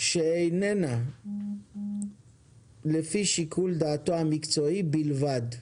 שאיננה לפי שיקול דעתו המקצועי בלבד".